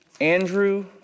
Andrew